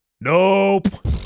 Nope